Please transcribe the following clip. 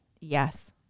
Yes